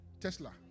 Tesla